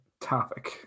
topic